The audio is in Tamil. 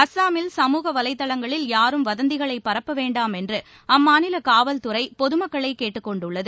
அஸ்ஸாமில் சமூக வலைதளங்களில் யாரும் வதந்திகளை பரப்ப வேண்டாம் என்று அம்மாநில காவல்துறை பொதுமக்களை கேட்டுக் கொண்டுள்ளது